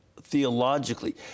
theologically